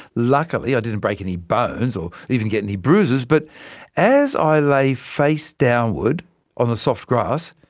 luckily, i didn't break any bones, or even get any bruises but as i lay face downward on the soft grass,